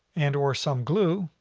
and or some glue,